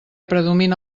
predomina